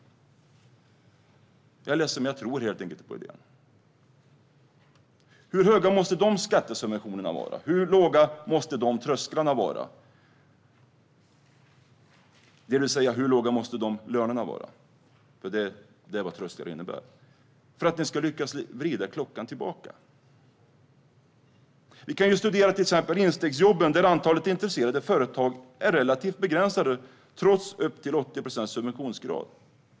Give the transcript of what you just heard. Jag är ledsen, men jag tror helt enkelt inte på idén. Hur stora måste dessa skattesubventioner vara? Hur låga måste dessa trösklar vara, det vill säga hur låga måste dessa löner vara - eftersom det är vad trösklar innebär - för att ni ska lyckas vrida klockan tillbaka? Vi kan studera till exempel instegsjobben, där antalet intresserade företag är relativt begränsat trots upp till 80 procents subventionsgrad.